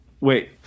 wait